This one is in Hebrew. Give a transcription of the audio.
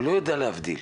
הוא לא יודע להבדיל.